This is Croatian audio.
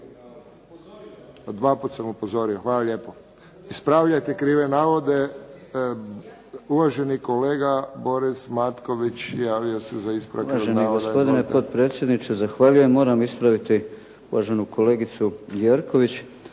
Dva puta sam upozorio. Ispravljajte krive navode. Uvaženi kolega Boris Matković javio se za ispravak netočnog navoda. **Matković, Borislav (HDZ)** Uvaženi gospodine potpredsjedniče zahvaljujem. Moram ispraviti uvaženu kolegicu Jerković